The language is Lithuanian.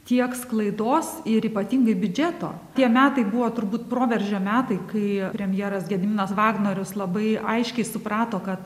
tiek sklaidos ir ypatingai biudžeto tie metai buvo turbūt proveržio metai kai premjeras gediminas vagnorius labai aiškiai suprato kad